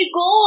go